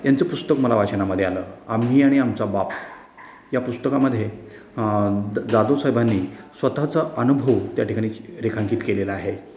यांचं पुस्तक मला वाचनामदे आलं आम्ही आणि आमचा बाप या पुस्तकामध्ये जाधव साहेबानी स्वतःचा अनुभव त्या ठिकाणी रेखांकित केलेला आहे